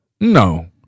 No